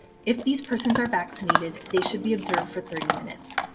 if these persons are vaccinated, they should be observed for thirty minutes.